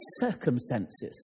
circumstances